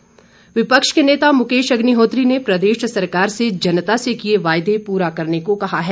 अग्निहोत्री विपक्ष के नेता मुकेश अग्निहोत्री ने प्रदेश सरकार से जनता से किए वायदे पूरा करने को कहा है